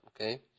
okay